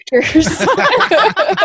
characters